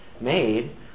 made